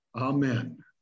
amen